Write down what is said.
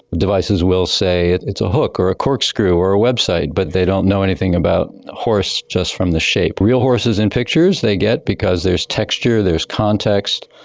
devices will say it's a hook or a corkscrew or a website, but they don't know anything about horse just from the shape. real horses in pictures they get because there's texture, there's context,